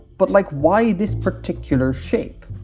but like why this particular shape?